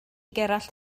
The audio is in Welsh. gerallt